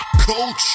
Culture